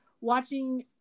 watching